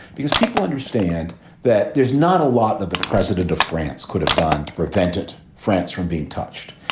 because people understand that there's not a lot that the president of france could have done to prevent it france from being touched.